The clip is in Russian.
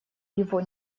его